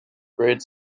great